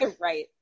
Right